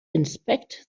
inspect